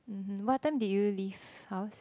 mmhmm what time did you leave house